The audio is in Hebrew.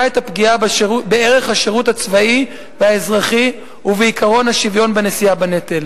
את הפגיעה בערך השירות הצבאי והאזרחי ובעקרון השוויון בנשיאה בנטל.